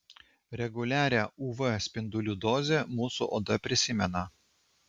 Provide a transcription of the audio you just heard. reguliarią uv spindulių dozę mūsų oda prisimena